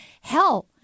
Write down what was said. Hell